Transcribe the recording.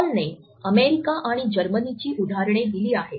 हॉलने America आणि जर्मनीची उदाहरणे दिली आहेत